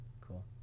cool